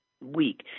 week